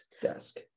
desk